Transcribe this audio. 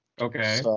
Okay